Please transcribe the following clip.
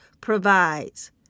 provides